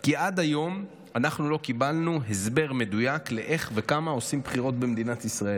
כי עד היום לא קיבלנו הסבר מדויק לאיך וכמה עושים בחירות במדינת ישראל.